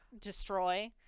destroy